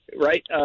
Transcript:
right